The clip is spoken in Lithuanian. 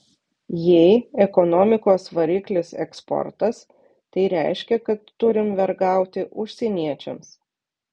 jei ekonomikos variklis eksportas tai reiškia kad turim vergauti užsieniečiams